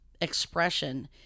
expression